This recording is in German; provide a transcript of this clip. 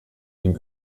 ihm